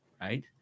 right